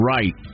Right